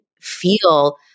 feel